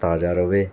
ਤਾਜ਼ਾ ਰਹੇ